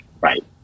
Right